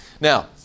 Now